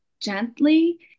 gently